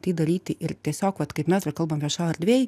tai daryti ir tiesiog vat kaip mes ir kalbam viešojoj erdvėj